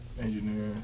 Engineer